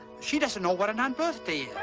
she doesn't know what an un-birthday